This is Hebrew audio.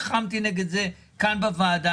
נלחמתי נגד זה כאן בוועדה.